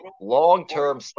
long-term